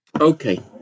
Okay